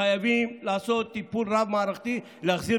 חייבים לעשות טיפול רב-מערכתי להחזיר